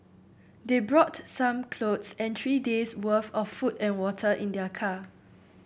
they brought some clothes and three days' worth of food and water in their car